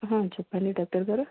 చెప్పండి డాక్టర్ గారు